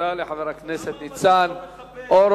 תודה לחבר הכנסת ניצן הורוביץ.